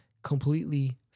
completely